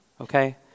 okay